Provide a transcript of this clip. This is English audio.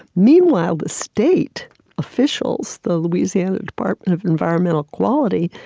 meanwhile, the state officials, the louisiana department of environmental quality,